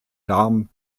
darm